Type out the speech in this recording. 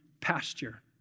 pasture